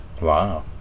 Wow